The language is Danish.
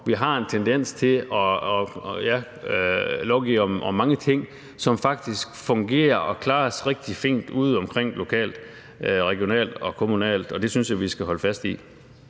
Vi har en tendens til at lovgive om mange ting, som faktisk fungerer og klares rigtig fint udeomkring lokalt, regionalt og kommunalt, og det synes jeg vi skal holde fast i.